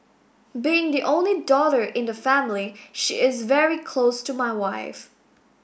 being the only daughter in the family she is very close to my wife